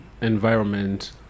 environment